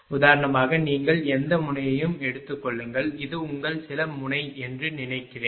உதாரணமாக நீங்கள் எந்த முனையையும் எடுத்துக் கொள்ளுங்கள் இது உங்கள் சில முனை என்று நினைக்கிறேன்